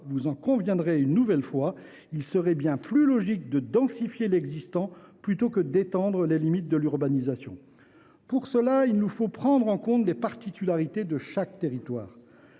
vous en conviendrez, il serait bien plus logique de densifier l’existant que d’étendre les limites de l’urbanisation. Pour ce faire, il nous faut prendre en compte les particularités de chaque territoire.